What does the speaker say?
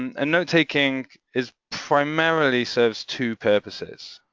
and notetaking is primarily serves two purposes.